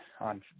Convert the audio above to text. on